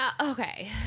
okay